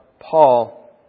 Paul